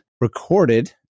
recorded